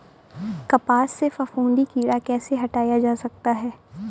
कपास से फफूंदी कीड़ा कैसे हटाया जा सकता है?